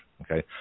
okay